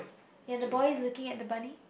ya the boy is looking at the bunny